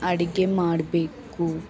ಅಡಿಗೆ ಮಾಡಬೇಕು